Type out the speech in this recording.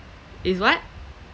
it's what